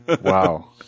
Wow